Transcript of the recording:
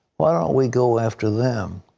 why don't we go after them?